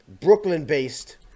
brooklyn-based